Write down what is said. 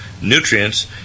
nutrients